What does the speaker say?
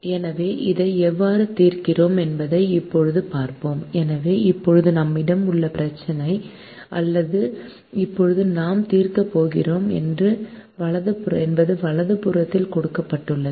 எனவே இதை எவ்வாறு தீர்க்கிறோம் என்பதை இப்போது பார்ப்போம் எனவே இப்போது நம்மிடம் உள்ள பிரச்சினை அல்லது இப்போது நாம் தீர்க்கப் போகிறோம் என்பது வலது புறத்தில் கொடுக்கப்பட்டுள்ளது